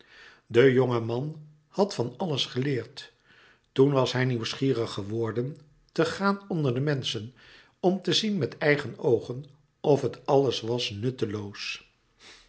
de jongen man had van alles geleerd toen was hij nieuwsgierig geworden te gaan onder de menschen om te zien met eigen oogen of het alles was nutteloos